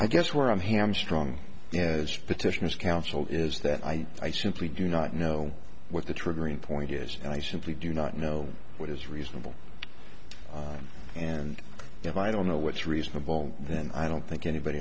i guess where i'm here i'm strong yes petitions counsel is that i i simply do not know what the triggering point years i simply do not know what is reasonable and if i don't know what's reasonable then i don't think anybody